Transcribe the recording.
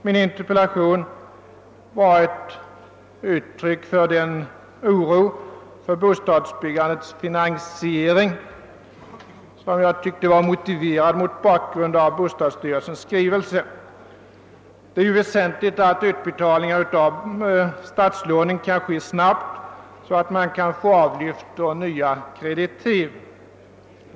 Min interpellation var ett uttryck för den oro för bostadsbyggandets finansiering, som jag tyckte var motiverad mot bakgrunden av bostadsstyrelsens skrivelse. Det är ju väsentligt att utbetalningarna av sSstatslånen kan «göras snabbt, så att man kan få lånen avlyfta och erhålla nya kreditiv.